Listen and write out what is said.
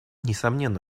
несомненно